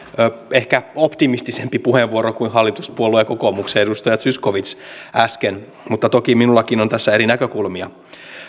ehkä optimistisempi puheenvuoro kuin hallituspuolueen ja kokoomuksen edustaja zyskowicz äsken mutta toki minullakin on tässä eri näkökulmia